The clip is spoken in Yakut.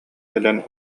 кэлэн